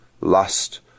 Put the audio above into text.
lust